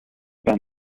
been